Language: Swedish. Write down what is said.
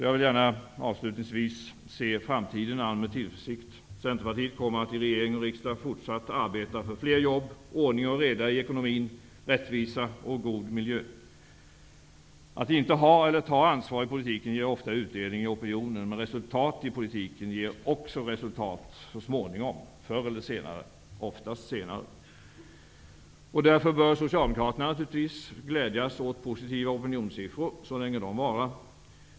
Jag vill avslutningsvis se framtiden an med tillförsikt. Centerpartiet kommer att i regering och riksdag fortsätta att arbeta för fler jobb, ordning och reda i ekonomin, rättvisa och god miljö. Att inte ha eller ta ansvar för politiken ger ofta utdelning i opinionen. Men resultat i politiken ger förr eller senare -- oftast senare -- också resultat. Därför bör naturligtvis Socialdemokraterna glädjas åt positiva opinionssiffror, så länge de varar.